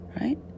Right